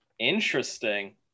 Interesting